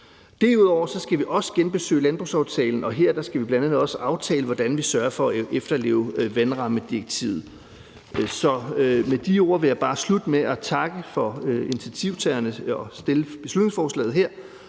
Derudover skal vi genbesøge landbrugsaftalen, og her skal vi bl.a. aftale, hvordan vi sørger for at efterleve vandrammedirektivet. Så med de ord vil jeg bare slutte med at takke initiativtagerne for at fremsætte beslutningsforslaget her.